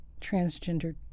transgender